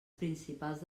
principals